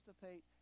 participate